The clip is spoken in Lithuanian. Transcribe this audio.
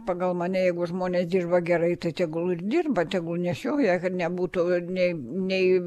pagal mane jeigu žmonės dirba gerai tai tegul ir dirba tegu nešioja kad nebūtų nei nei